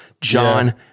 John